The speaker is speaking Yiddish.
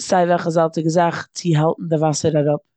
סיי וועלכע זאלציגע זאך צו האלטן די וואסער אראפ.